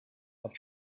have